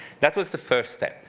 that was the first step.